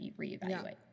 reevaluate